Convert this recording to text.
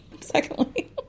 Secondly